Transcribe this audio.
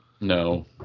No